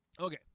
Okay